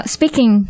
Speaking